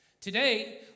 Today